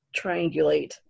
triangulate